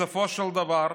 בסופו של דבר,